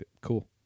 cool